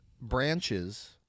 branches